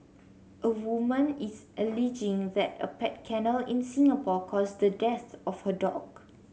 a woman is alleging that a pet kennel in Singapore caused the death of her dog